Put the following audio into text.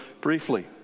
briefly